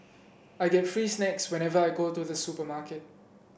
I get free snacks whenever I go to the supermarket